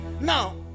Now